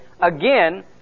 again